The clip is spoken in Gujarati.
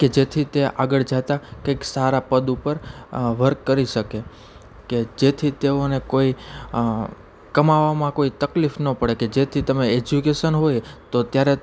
કે જેથી તે આગળ જતાં કંઇક સારાં પદ ઉપર વર્ક કરી શકે કે જેથી તેઓને કોઈ કમાવામાં કોઈ તકલીફ ન પડે કે જેથી તમે એજ્યુકેસન હોય તો ત્યારે